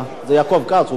נגד,